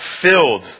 filled